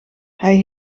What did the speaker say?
hij